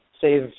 save